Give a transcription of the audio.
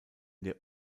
der